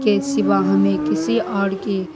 کے سوا ہمیں کسی اور کی